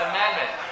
Amendment